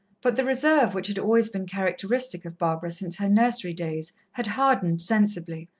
but the reserve which had always been characteristic of barbara since her nursery days, had hardened sensibly,